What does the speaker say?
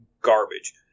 garbage